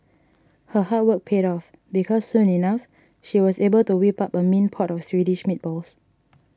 her hard work paid off because soon enough she was able to whip up a mean pot of Swedish meatballs